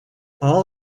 all